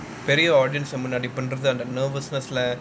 பெரிய:periya audience முன்னாடி பண்றது:munnadi pandrathu nervousness lah